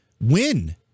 win